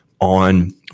on